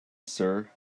sir